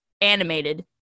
animated